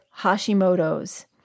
Hashimoto's